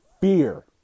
Fear